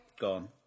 Gone